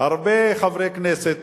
הרבה חברי כנסת